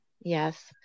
Yes